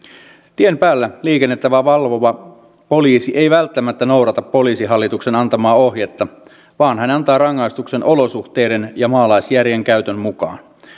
tien päällä liikennettä valvova poliisi ei välttämättä noudata poliisihallituksen antamaa ohjetta vaan hän antaa rangaistuksen olosuhteiden ja maalaisjärjen käytön mukaan